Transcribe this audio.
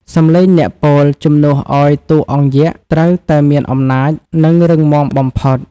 សំឡេងអ្នកពោលជំនួសឱ្យតួអង្គយក្ស ត្រូវតែមានអំណាច និងរឹងមាំបំផុត។